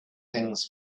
things